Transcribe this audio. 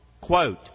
Quote